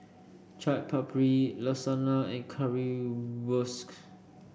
Chaat Papri Lasagna and Currywurst